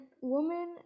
woman